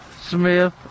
Smith